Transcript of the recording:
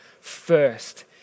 first